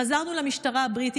חזרנו למשטרה הבריטית,